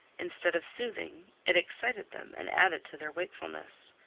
instead of soothing it excited them, and added to their wakefulness.